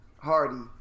Hardy